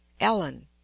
ellen